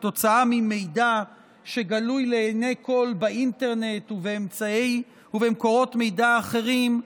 כתוצאה ממידע שגלוי לעיני כול באינטרנט ובמקורות מידע אחרים,